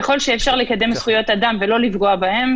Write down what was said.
ככל שאפשר לקדם זכויות אדם ולא לפגוע בהן,